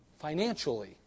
financially